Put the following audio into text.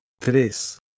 tres